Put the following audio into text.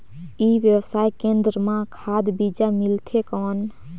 ई व्यवसाय केंद्र मां खाद बीजा मिलथे कौन?